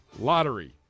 lottery